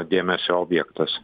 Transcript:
dėmesio objektas